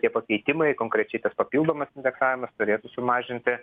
tie pakeitimai konkrečiai tas papildomas indeksavimas turėtų sumažinti